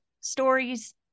stories